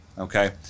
Okay